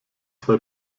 zwei